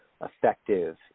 effective